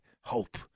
Hope